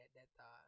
data